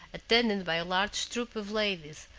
attended by a large troop of ladies,